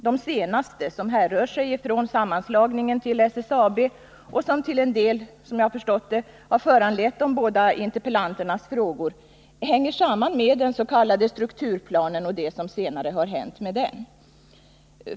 De senaste, som härrör sig från sammanslagningen till SSAB och som till en del, som jag förstått, har föranlett & båda interpellanternas frågor, hänger samman med den s.k. strukturplanen och det som senare har hänt med den.